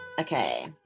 Okay